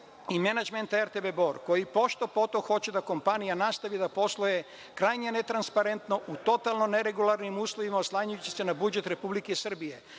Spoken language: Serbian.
i menadžmenta RTB Bor, koji pošto-poto hoće da kompanija nastavi da posluje krajnje netransparentno u totalno neregularnim uslovima oslanjajući se na budžet Republike Srbije.